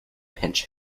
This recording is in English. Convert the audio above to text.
pinch